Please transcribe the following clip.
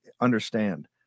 understand